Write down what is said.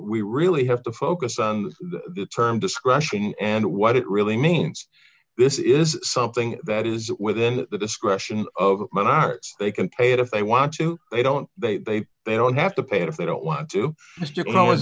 we really have to focus on the term discretion and what it really means this is something that is within the discretion of menard's they can pay it if they want to they don't they they don't have to pay it if they don't want to you